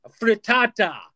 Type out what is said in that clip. frittata